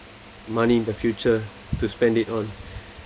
money in the future to spend it on